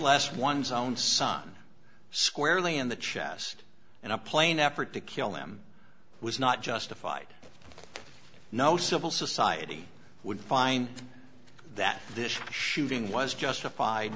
less one's own son squarely in the chest and a plain effort to kill him was not justified no civil society would find that this shooting was justified